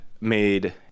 made